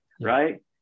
Right